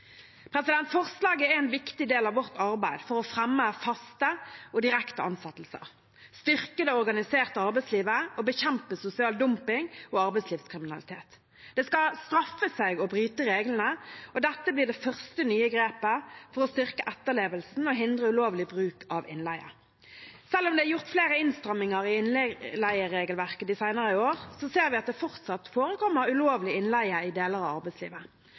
Forslaget er en viktig del av vårt arbeid for å fremme faste og direkte ansettelser, styrke det organiserte arbeidslivet og bekjempe sosial dumping og arbeidslivskriminalitet. Det skal straffe seg å bryte reglene, og dette blir det første nye grepet for å styrke etterlevelsen og hindre ulovlig bruk av innleie. Selv om det er gjort flere innstramminger i innleieregelverket de senere år, ser vi at det fortsatt forekommer ulovlig innleie i deler av arbeidslivet.